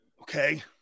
Okay